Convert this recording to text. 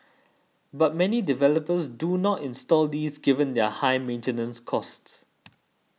but many developers do not install these given their high maintenance costs